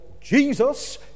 Jesus